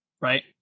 right